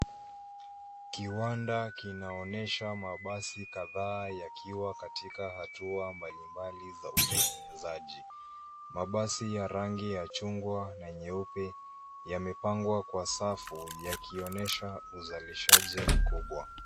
Kiwanda kinaonyesha mabasi kadhaa yakiwa katika hatua mbalimbali za utengenezaji. Mabasi ya rangi ya chungwa na nyeupe yamepangwa kwa safu yakionyesha uzalishaji mkubwa.